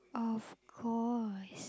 of course